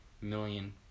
million